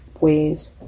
ways